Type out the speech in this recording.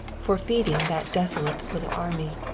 for feeding that desolate little army.